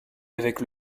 avec